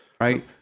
right